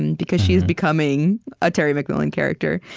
and because she is becoming a terry mcmillan character.